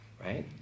right